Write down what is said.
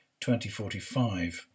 2045